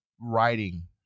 writing